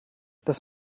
das